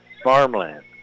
Farmland